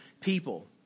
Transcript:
people